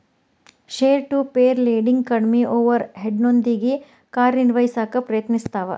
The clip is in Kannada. ಪೇರ್ ಟು ಪೇರ್ ಲೆಂಡಿಂಗ್ ಕಡ್ಮಿ ಓವರ್ ಹೆಡ್ನೊಂದಿಗಿ ಕಾರ್ಯನಿರ್ವಹಿಸಕ ಪ್ರಯತ್ನಿಸ್ತವ